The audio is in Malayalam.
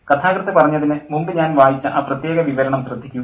കഥാകൃത്ത് പറഞ്ഞതിന് മുമ്പ് ഞാൻ വായിച്ച ആ പ്രത്യേക വിവരണം ശ്രദ്ധിക്കൂ